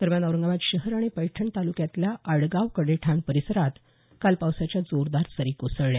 दरम्यान औरंगाबाद शहर आणि पैठण तालुक्यातल्या आडगाव कडेठाण परिसरात काल पावसाच्या जोरदार सरी कोसळल्या